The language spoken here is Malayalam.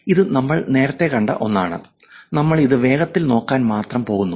ഇത് നമ്മൾ നേരത്തെ കണ്ട ഒന്നാണ് നമ്മൾ ഇത് വേഗത്തിൽ നോക്കാൻ മാത്രം പോകുന്നു